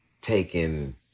taken